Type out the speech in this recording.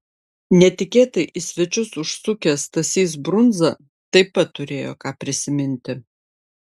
netikėtai į svečius užsukęs stasys brundza taip pat turėjo ką prisiminti